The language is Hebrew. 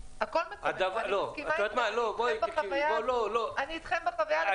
אני מסכימה איתך, אני נמצאת בחוויה הזאת.